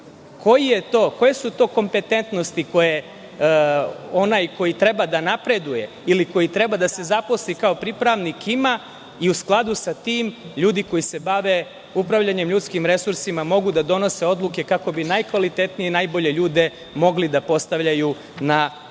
koje su to kompetentnosti, onaj koji treba da napreduje ili koji treba da se zaposli kao pripravnik ima i u skladu sa tim, ljudi koji se bave upravljanjem ljudskim resursima, mogu da donose odluke kako bi najbolje ljude mogli da postavljaju na